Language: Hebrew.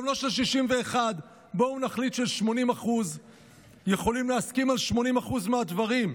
גם לא של 61. בואו נחליט על 80% יכולים להסכים על 80% מהדברים.